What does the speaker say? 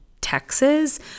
Texas